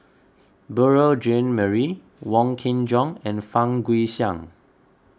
Beurel Jean Marie Wong Kin Jong and Fang Guixiang